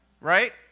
Right